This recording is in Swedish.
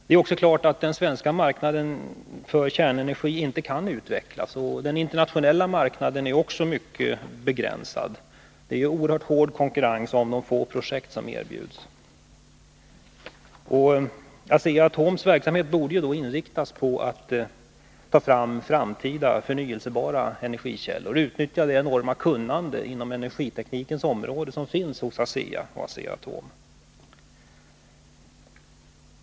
Det är dessutom klart att den svenska marknaden för kärnenergi inte kan utvecklas vidare, och även den internationella marknaden är mycket begränsad. Det är en oerhört hård konkurrens om de få projekt som erbjuds. Asea-Atoms verksamhet borde då inriktas på att utveckla framtida förnyelsebara energikällor och på att utnyttja det enorma kunnande inom energiteknikens område som finns hos ASEA och hos Asea-Atom.